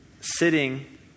sitting